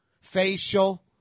facial